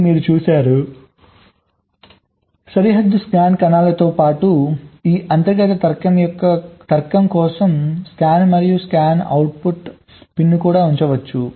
ఇక్కడ మీరు చూశారు సరిహద్దు స్కాన్ కణాలతో పాటు ఈ అంతర్గత తర్కం కోసం స్కాన్ మరియు స్కాన్ అవుట్ పిన్ కూడా ఉండవచ్చు